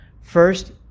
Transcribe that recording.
First